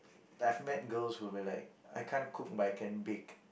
I've met girls who are like I can't cook but I can bake